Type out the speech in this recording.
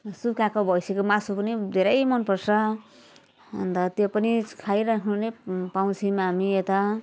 सुकाएको भैँसीको मासु पनि धेरै मनपर्छ अन्त त्यो पनि खाइरहनु नै पाउँछौँ हामी यता